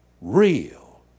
real